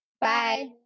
Bye